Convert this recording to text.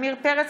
עמיר פרץ,